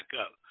up